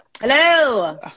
Hello